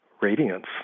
radiance